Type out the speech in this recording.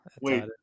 wait